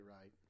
right